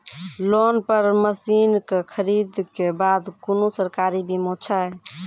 Loan पर मसीनऽक खरीद के बाद कुनू सरकारी बीमा छै?